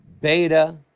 Beta